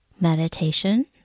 meditation